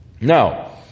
Now